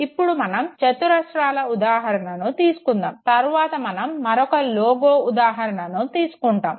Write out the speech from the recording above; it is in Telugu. ఇప్పుడు మనం చతురస్రాల ఉదాహరణను తీసుకుందాము తరువాత మనం మరొక లోగో ఉదాహరణను తీసుకుందాము